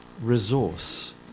resource